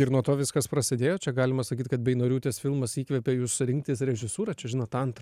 ir nuo to viskas prasidėjo čia galima sakyt kad beinoriūtės filmas įkvėpė jus rinktis režisūrą čia žinot antrą